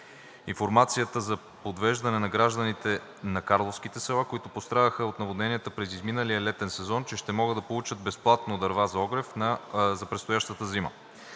информацията за подвеждане на гражданите на Карловските села, които пострадаха от наводненията през изминалия летен сезон, че ще могат да получат безплатно дърва за огрев за предстоящата зима.